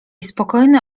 spokojny